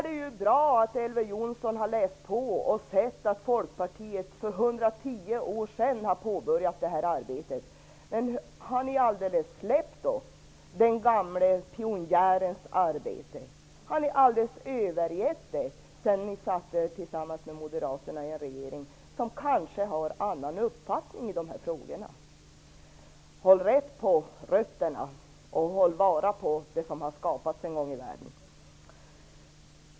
Det är bra att Elver Jonsson är påläst och att han har sett att Folkpartiet för 110 år sedan påbörjade det här arbetet. Men har ni helt övergett den gamle pionjärens arbete sedan ni och Moderaterna kom i regeringsställning -- en regering som kanske har en annan uppfattning i de här frågorna? Håll rätt på rötterna och ta vara på det som en gång skapats!